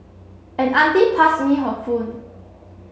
an auntie passed me her phone